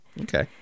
okay